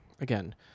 Again